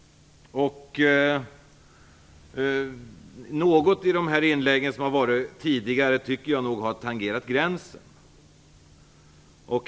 Jag tycker nog att något av de tidigare inläggen har tangerat gränsen.